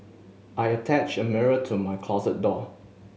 I attached a mirror to my closet door